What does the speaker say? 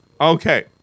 Okay